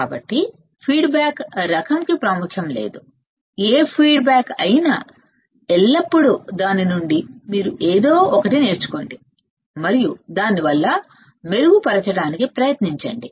కాబట్టిఫీడ్బ్యాక్ రకం కి ప్రాముఖ్యం లేదు ఏ ఫీడ్బ్యాక్ అయినాఎల్లప్పుడూ దాని నుండి మీరు ఏదో నేర్చుకోండి మరియు దాని నుండి మెరుగుపరచడానికి ప్రయత్నించండి